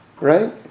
Right